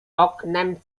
oknem